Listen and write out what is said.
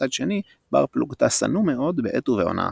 ומצד שני, בר פלוגתא שנוא מאוד, בעת ובעונה אחת.